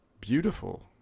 Beautiful